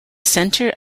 centre